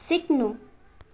सिक्नु